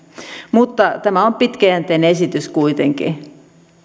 mutta tämä on pitkäjänteinen esitys kuitenkin